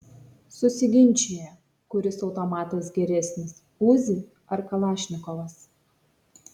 susiginčijo kuris automatas geresnis uzi ar kalašnikovas